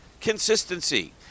consistency